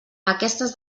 aquestes